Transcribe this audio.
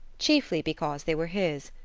chiefly because they were his,